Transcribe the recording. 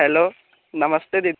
hello नमस्ते दीदी